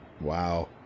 Wow